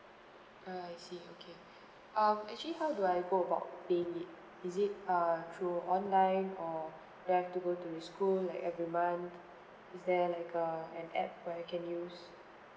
I see okay um actually how do I go about paying it is it err through online or do I have to go to the school like every month is there like uh an app where I can use